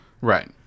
right